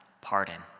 pardon